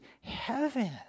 heaven